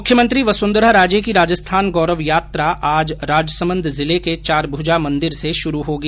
मुख्यमंत्री वसुंधरा राजे की राजस्थान गौरव यात्रा आज राजसमंद जिले के चारभूजा मंदिर से शुरू होगी